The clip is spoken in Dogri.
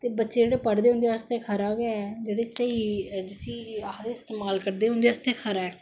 ते बच्चे जेहडे़ पढ़दे उंदे आस्ते खरा गै ऐ जेहडे़ स्हेई जिसी इस्तमेल करदे उंदे आस्ते खरा ऐ